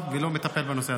והוא לא מטפל בנושא הזה.